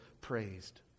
praised